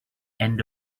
end